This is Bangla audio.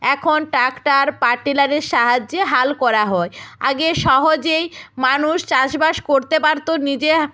এখন ট্রাক্টর পাটেলারের সাহায্যে হাল করা হয় আগে সহজেই মানুষ চাষবাস করতে পারতো নিজে